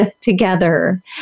together